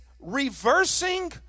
reversing